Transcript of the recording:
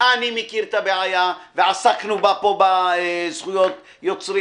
אני מכיר את הבעיה ועסקנו בה פה כאשר דיברנו על זכויות יוצרים,